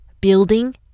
building